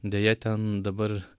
deja ten dabar